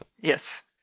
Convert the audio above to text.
Yes